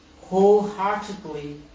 wholeheartedly